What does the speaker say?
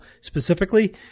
specifically